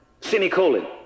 semicolon